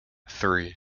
three